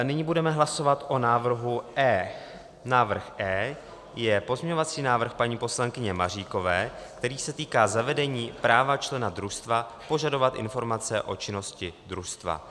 Nyní budeme hlasovat o návrhu E. Návrh E je pozměňovací návrh paní poslankyně Maříkové, který se týká zavedení práva člena družstva požadovat informace o činnosti družstva.